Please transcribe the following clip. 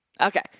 okay